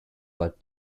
but